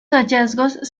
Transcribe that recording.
hallazgos